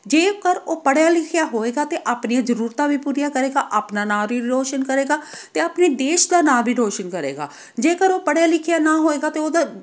ਜੇਕਰ ਉਹ ਪੜ੍ਹਿਆ ਲਿਖਿਆ ਹੋਵੇਗਾ ਅਤੇ ਆਪਣੀਆਂ ਜ਼ਰੂਰਤਾਂ ਵੀ ਪੂਰੀਆਂ ਕਰੇਗਾ ਆਪਣਾ ਨਾਂ ਵੀ ਰੋਸ਼ਨ ਕਰੇਗਾ ਅਤੇ ਆਪਣੇ ਦੇਸ਼ ਦਾ ਨਾਂ ਵੀ ਰੋਸ਼ਨ ਕਰੇਗਾ ਜੇਕਰ ਉਹ ਪੜ੍ਹਿਆ ਲਿਖਿਆ ਨਾ ਹੋਵੇਗਾ ਤਾਂ ਉਹਦਾ